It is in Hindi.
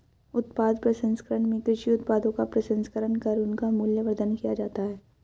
उत्पाद प्रसंस्करण में कृषि उत्पादों का प्रसंस्करण कर उनका मूल्यवर्धन किया जाता है